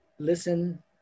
Listen